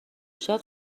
شاید